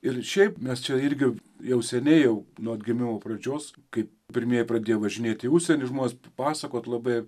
ir šiaip mes čia irgi jau seniai jau nuo atgimimo pradžios kai pirmieji pradėjo važinėt į užsienį žmonės pasakot labai